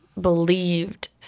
believed